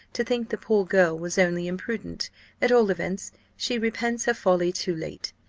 to think the poor girl was only imprudent at all events, she repents her folly too late.